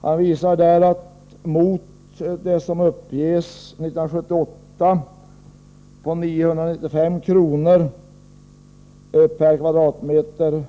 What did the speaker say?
Per-Olof Hansson visar att mot den kostnad som uppgavs 1978 på 995 kr. per kvadratmeter